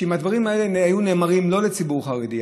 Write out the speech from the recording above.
שאם הדברים האלה היו נאמרים לא לציבור חרדי,